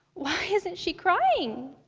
why isn't she crying?